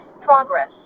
progress